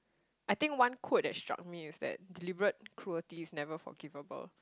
I think one quote that struck me is that deliberate cruelty is never forgivable